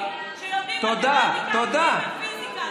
היא לא יודעת את תוכנית הלימודים.